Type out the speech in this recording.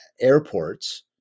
airports